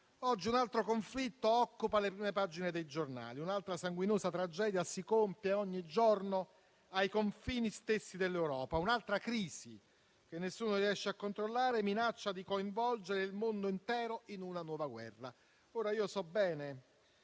Oggi un altro conflitto occupa le prime pagine dei giornali. Un'altra sanguinosa tragedia si compie ogni giorno ai confini stessi dell'Europa. Un'altra crisi, che nessuno riesce a controllare, minaccia di coinvolgere il mondo intero in una nuova guerra. Ora, io so bene